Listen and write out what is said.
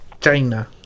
China